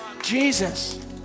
Jesus